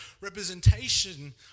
representation